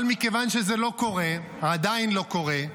אבל מכיוון שזה לא קורה, עדיין לא קורה,